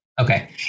okay